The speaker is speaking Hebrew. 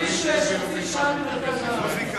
כביש 6, חצי שעה ממרכז הארץ.